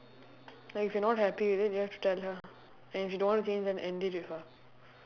like if you're not happy with it you have to tell her and if she don't want to change then end it with her